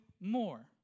more